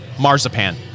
Marzipan